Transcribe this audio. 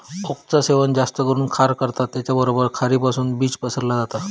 ओकचा सेवन जास्त करून खार करता त्याचबरोबर खारीपासुन बीज पसरला जाता